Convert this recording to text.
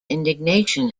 indignation